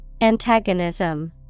Antagonism